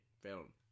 film